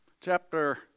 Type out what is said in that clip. Chapter